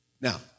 Now